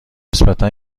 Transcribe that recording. نسبتا